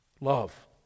Love